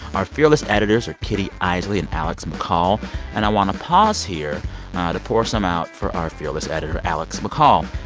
our fearless editors are kitty eisele and alex mccall and i want to pause here to pour some out for our fearless editor, alex mccall.